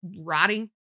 rotting